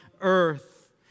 earth